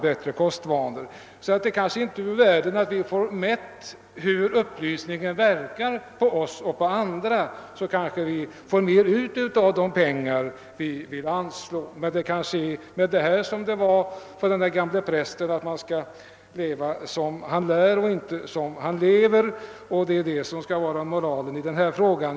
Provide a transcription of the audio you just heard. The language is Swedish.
Det är alltså inte obefogat att få en mätning av hur upplysningen verkar på oss och på andra. Men det är kanske med detta som med den gamle prästen som sade att man skall >leva som han lär och inte som han lever».